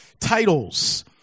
titles